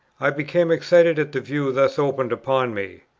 i became excited at the view thus opened upon me.